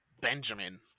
Benjamin